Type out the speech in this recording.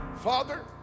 Father